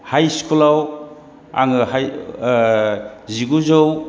high स्कुलाव आङो जिगुजौ